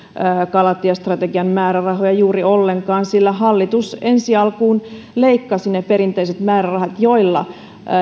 kalatiestrategian määrärahoja juuri ollenkaan sillä hallitus ensi alkuun leikkasi ne perinteiset määrärahat joilla